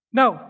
now